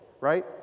right